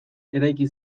eraiki